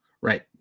Right